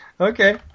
Okay